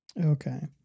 Okay